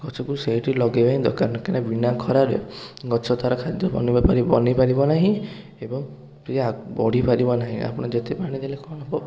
ଗଛକୁ ସେଇଠି ଲଗେଇବା ହିଁ ଦରକାର କାହିଁକି ନା ବିନା ଖରାରେ ଗଛ ତାର ଖାଦ୍ୟ ବନେଇବା ପାରି ବନେଇ ପାରିବ ନାହିଁ ଏବଂ କି ବଢ଼ିପାରିବ ନାହିଁ ଆପଣ ଯେତେ ପାଣି ଦେଲେ କ'ଣ ହବ